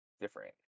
different